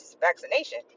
vaccination